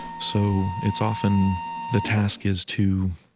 so it's often the task is to